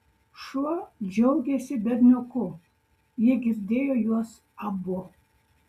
šuo džiaugėsi berniuku ji girdėjo juos abu